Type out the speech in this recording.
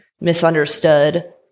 misunderstood